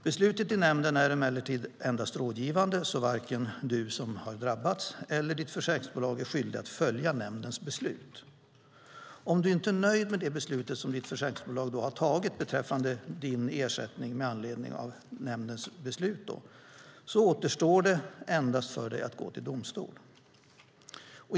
Beslutet i nämnden är emellertid endast rådgivande så varken du som har drabbats eller ditt försäkringsbolag är skyldig att följa nämndens beslut. Om du inte är nöjd med det beslut som ditt försäkringsbolag har fattat beträffande din ersättning med anledning av nämndens beslut återstår för dig endast att gå till domstol.